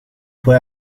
fue